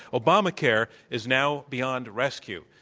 obamacare is now beyond rescue.